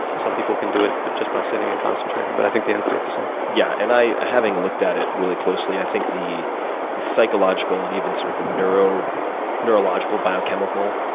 some people can do it but just by sitting and concentrating, but i think the instinct's the same. yeah, and having looked at it really closely, i think the the psychological and even sort of neurological neurological biochemical